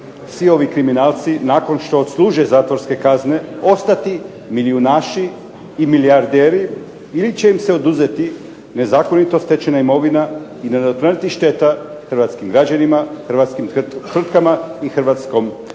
svi ovi kriminalci nakon što odsluže zatvorske kazne ostati milijunaši i milijarderi, ili će im se oduzeti nezakonito stečena imovina i nadoknaditi šteta Hrvatskim građanima, Hrvatskim tvrtkama i Hrvatskom